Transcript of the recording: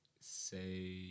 say